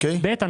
בי"ת,